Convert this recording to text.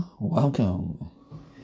welcome